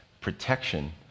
protection